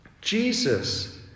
Jesus